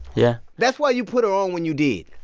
yeah that's why you put her on when you did